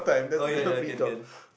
oh ya ya ya can can